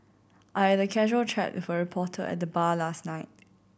I had a casual chat with a reporter at the bar last night